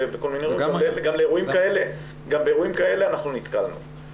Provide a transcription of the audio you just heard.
גם באירועים כאלה נתקלנו.